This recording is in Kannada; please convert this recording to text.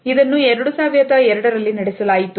ಇದನ್ನು 2002ರಲ್ಲಿ ನಡೆಸಲಾಯಿತು